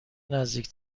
نزدیک